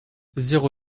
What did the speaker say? zéro